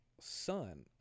son